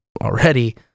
already